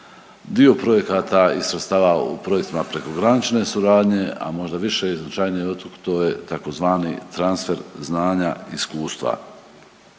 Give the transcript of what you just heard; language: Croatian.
dio projekata i sredstava u projektima prekogranične suradnje, a možda više i značajnije od tog, to je tzv. transfer znanja i iskustva.